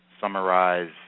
summarize